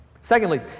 Secondly